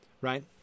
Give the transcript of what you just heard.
right